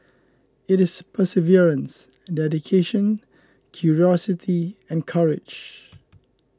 it is perseverance dedication curiosity and courage